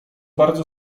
bardzo